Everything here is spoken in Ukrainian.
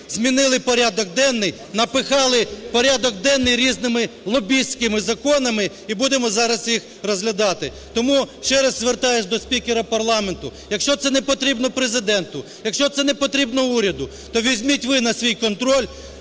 змінили порядок денний, напихали порядок денний різними лобістськими законами і будемо зараз їх розглядати. Тому ще раз звертаюся до спікера парламенту, якщо це не потрібно Президенту, якщо це не потрібно уряду, то візьміть ви на свій контроль